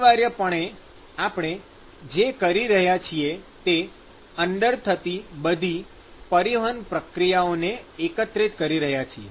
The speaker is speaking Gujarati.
અનિવાર્યપણે આપણે જે કરી રહ્યા છીએ તે અંદર થતી બધી પરિવહન પ્રક્રિયાઓને એકત્રિત કરી રહ્યા છીએ